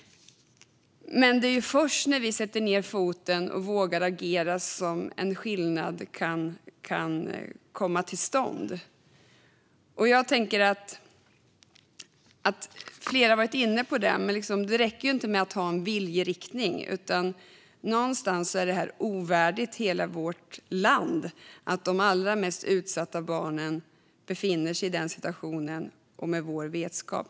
Men det är först när vi sätter ned foten och vågar agera som en skillnad kan komma till stånd. Flera har varit inne på det; det räcker inte att ha en viljeriktning. Det är ovärdigt hela vårt land att de allra mest utsatta barnen befinner sig i den situationen och med vår vetskap.